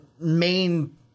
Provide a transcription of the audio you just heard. main